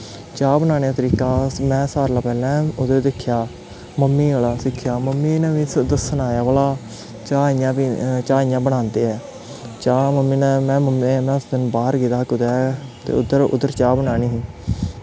चाह् बनाने दा तरीका में सारें कोला पैह्लें ओह्दे च दिक्खेआ मम्मी कोला सिक्खेआ मम्मी ने मिगी द सनाया भला चाह् इ'यां चाह् इ'यां बनांदे ऐ चाह् मम्मी ने में मम्मी उस दिन बाह्र गेदा हा कुदै ते उद्धर उद्धर चाह् बनानी ही